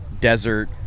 desert